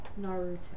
Naruto